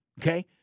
okay